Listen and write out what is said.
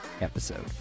episode